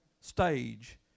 stage